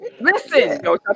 Listen